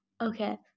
Okay